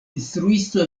instruisto